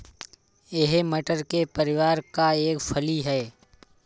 यह मटर के परिवार का एक फली है